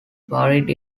buried